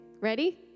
ready